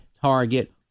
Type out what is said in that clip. Target